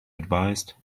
advised